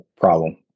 problem